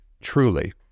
Truly